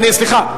סליחה.